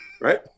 right